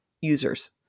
users